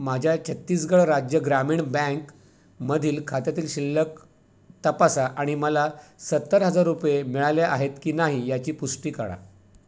माझ्या छत्तीसगढ राज्य ग्रामीण बँकमधील खात्यातील शिल्लक तपासा आणि मला सत्तर हजार रुपये मिळाले आहेत की नाही याची पुष्टी करा